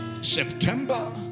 September